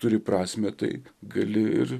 turi prasmę taip gali ir